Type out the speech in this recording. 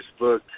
Facebook